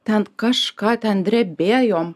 ten kažką ten drebėjom